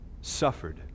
suffered